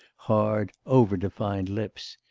hard, over-defined lips.